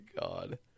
god